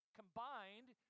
combined